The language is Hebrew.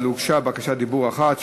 אבל הוגשה בקשת דיבור אחת,